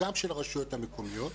גם של הרשויות המקומיות.